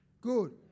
Good